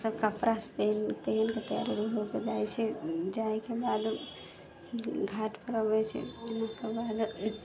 ई सभ कपड़ा सभ पहिन पहिनके तैयारी होके जाइत छै जाइके बाद घाट पर अबैत छै अबैके बाद